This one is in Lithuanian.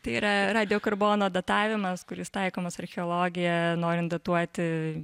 tai yra radiokarbono datavimas kuris taikomas archeologijoje norint datuoti